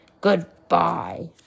Goodbye